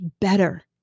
better